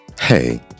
Hey